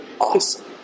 Awesome